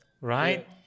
Right